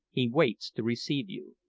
he waits to receive you.